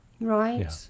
Right